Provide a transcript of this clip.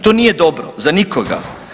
To nije dobro za nikoga.